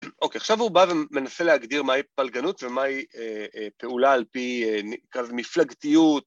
אוקיי, עכשיו הוא בא ומנסה להגדיר מהי פלגנות ומהי פעולה על פי מפלגתיות.